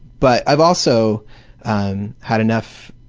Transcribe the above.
but i've also um had enough